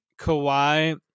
Kawhi